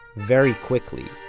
very quickly,